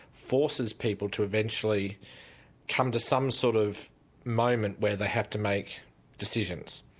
forces people to eventually come to some sort of moment where they have to make decisions.